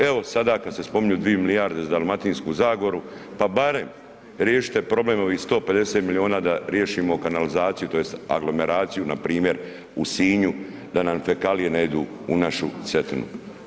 Evo sada kada se spominju 2 milijarde za Dalmatinsku zagoru, pa barem riješite problem ovih 150 milijuna da riješimo kanalizaciju tj. aglomeraciju npr. u Sinju da nam fekalije ne idu u našu Cetinu.